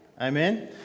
Amen